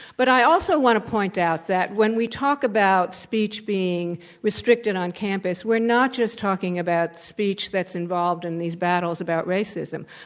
but i also want to point out that when we talk about speech being restricted on campus, we're not just talking about speech that's involved in these battles about racism.